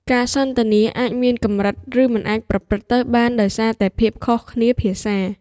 ការសន្ទនាអាចមានកម្រិត ឬមិនអាចប្រព្រឹត្តទៅបានដោយសារតែភាពខុសគ្នាភាសា។